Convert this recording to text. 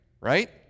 right